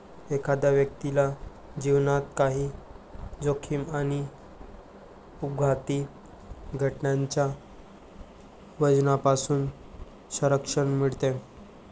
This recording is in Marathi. एखाद्या व्यक्तीला जीवनात काही जोखीम आणि अपघाती घटनांच्या वजनापासून संरक्षण मिळते